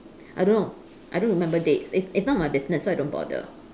I don't know I don't remember date it's it's not my business so I don't bother